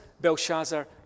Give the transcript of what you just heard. Belshazzar